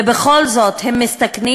ובכל זאת הם מסתכנים.